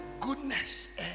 Goodness